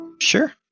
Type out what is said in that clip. Sure